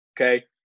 Okay